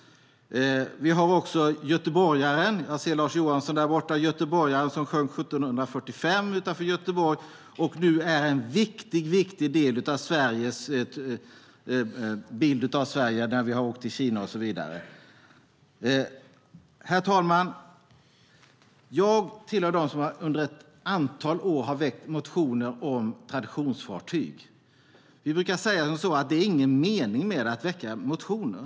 Vi har också skeppet Götheborg - jag ser göteborgaren Lars Johansson där borta - som sjönk 1745 utanför Göteborg. Det har nu åkt till Kina och så vidare och är en viktig del av bilden av Sverige. Herr talman! Jag tillhör dem som under ett antal år har väckt motioner om traditionsfartyg. Vi brukar säga som så att det inte är någon mening med att väcka motioner.